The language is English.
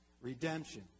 redemption